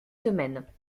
semaines